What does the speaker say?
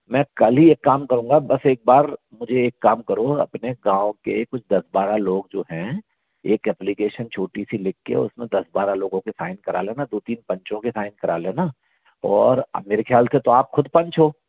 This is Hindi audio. मैं कल ही एक काम करूँगा बस एक बार मुझे एक काम करो अपने गाँव के कुछ दस बारह लोग जो हैं एक ऐप्लिकेशन छोटी सी लिख के उसमें दस बारा लोगों के साइन करा लेना दो तीन पंचों के साइन करा लेना और अब मेरे ख्याल से तो आप खुद पंच हो